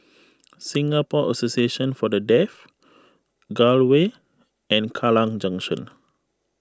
Singapore Association for the Deaf Gul Way and Kallang Junction